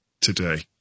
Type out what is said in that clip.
today